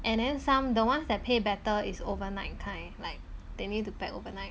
and then some the ones that pay better is overnight kind like they need to pack overnight